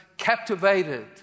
Captivated